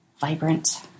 vibrant